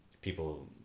people